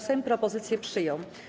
Sejm propozycję przyjął.